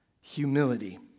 humility